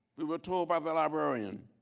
we were told by the librarian,